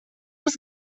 els